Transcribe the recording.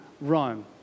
Rome